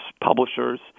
publishers